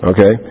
Okay